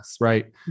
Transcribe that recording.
right